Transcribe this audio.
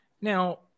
Now